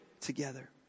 together